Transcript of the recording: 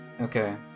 Okay